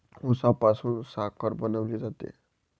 उसापासून साखर बनवली जाते